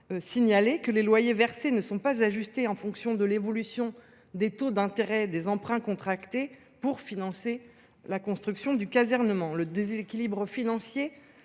que les loyers versés n’étaient pas ajustés en fonction de l’évolution des taux d’intérêt des emprunts contractés pour financer la construction du casernement. Le déséquilibre financier